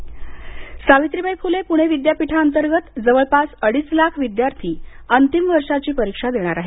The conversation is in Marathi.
पुणे विद्यापीठ सावित्रीबाई फुले पुणे विद्यापीठाअंतर्गत जवळपास अडीच लाख विद्यार्थी अंतिम वर्षाची परीक्षा देणार आहेत